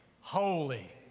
Holy